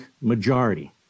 majority